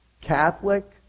Catholic